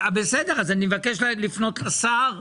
אני אבקש לפנות לשר.